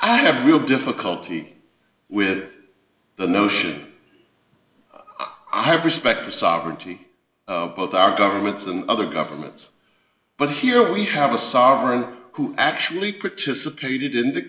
i have real difficulty with the notion i have respect for sovereignty both our governments and other governments but here we have a sovereign who actually participated in th